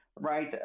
right